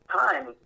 time